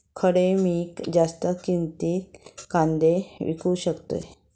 खडे मी जास्त किमतीत कांदे विकू शकतय?